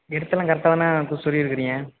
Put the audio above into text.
எர்த்தலாம் கரெக்டாக தானே சொருவிருக்குறீங்க